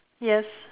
yes